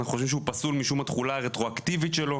אנחנו חושבים שהוא פסול משום התחולה הרטרואקטיבית שלו.